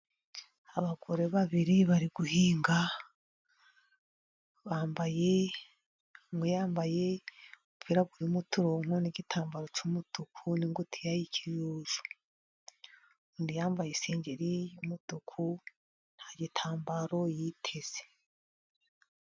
Abagore babiri bari guhinga bambaye umwe yambaye umupira urimo uturongo n'igitambaro cy'umutuku n'ingutiya y'ikijuju, undi yambaye isengeri y'umutuku nta gitambaro yiteze.